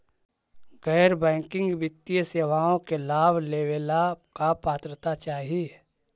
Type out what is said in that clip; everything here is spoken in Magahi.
गैर बैंकिंग वित्तीय सेवाओं के लाभ लेवेला का पात्रता चाही?